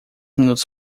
minutos